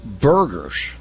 Burgers